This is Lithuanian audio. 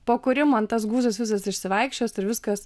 po kurių man tas guzas visas išsivaikščios ir viskas